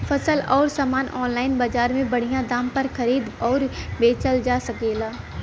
फसल अउर सामान आनलाइन बजार में बढ़िया दाम पर खरीद अउर बेचल जा सकेला